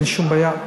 אין שום בעיה.